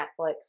Netflix